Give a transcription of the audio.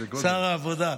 שר העבודה.